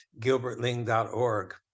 gilbertling.org